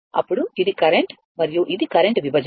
అప్పుడుఇది current మరియు ఇది current విభజన